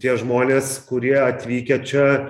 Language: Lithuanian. tie žmonės kurie atvykę čia